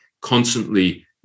constantly